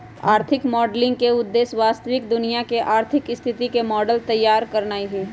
आर्थिक मॉडलिंग के उद्देश्य वास्तविक दुनिया के आर्थिक स्थिति के मॉडल तइयार करनाइ हइ